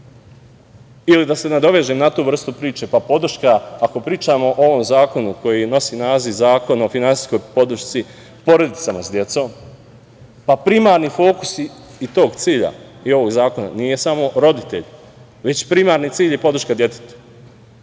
Ili, da se nadovežem na tu vrstu priče. Podrška, ako pričamo o ovom zakonu koji nosi naziv „Zakon o finansijskoj podršci porodicama sa decom“, primarni fokus i tog cilja i ovog zakona nije samo roditelj, već primarni cilj je podrška detetu.